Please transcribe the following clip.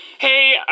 Hey